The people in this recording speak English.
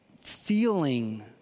feeling